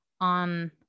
on